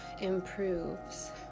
improves